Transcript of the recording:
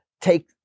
take